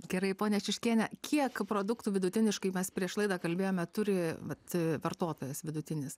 gerai ponia šiuškiene kiek produktų vidutiniškai mes prieš laidą kalbėjome turi vat vartotojas vidutinis